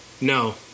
No